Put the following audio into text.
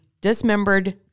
dismembered